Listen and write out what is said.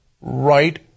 right